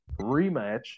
rematch